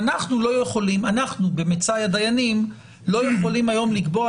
אנחנו לא יכולים במצאי הדיינים היום לקבוע